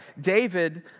David